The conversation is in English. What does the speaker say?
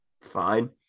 fine